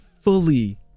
Fully